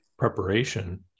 Preparation